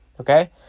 okay